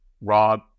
Rob